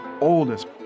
oldest